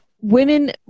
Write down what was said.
women